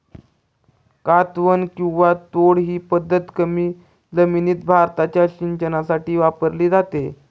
कातवन किंवा तोड ही पद्धत कमी जमिनीत भाताच्या सिंचनासाठी वापरली जाते